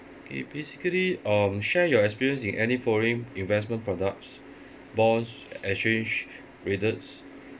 K basically um share your experience in any foreign investment products bonds exchange